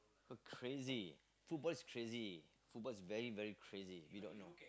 crazy football is crazy football is very very crazy you don't know